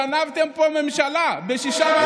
גנבתם פה ממשלה בשישה,